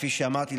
וכפי שאמרתי,